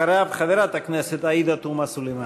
אחריו, חברת הכנסת עאידה תומא סלימאן.